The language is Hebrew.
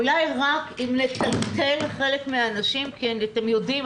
אולי רק אם נטלטל חלק מן האנשים אתם יודעים,